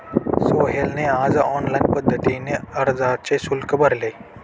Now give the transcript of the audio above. सोहेलने आज ऑनलाईन पद्धतीने अर्जाचे शुल्क भरले